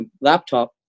laptop